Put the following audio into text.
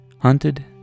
hunted